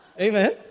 Amen